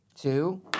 Two